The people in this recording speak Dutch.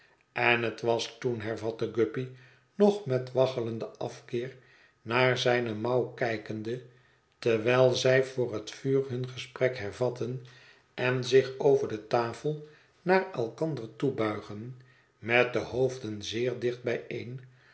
en het was toen hervat guppy nog met walgenden afkeer naar zijne mouw kijkende terwijl zij voor het vuur hun gesprek hervatten en zich over de tafel naar elkander toebuigen met de hoofden zeer dicht bijeen